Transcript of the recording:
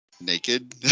naked